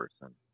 person